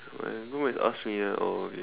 and even when they ask me oh okay